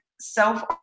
self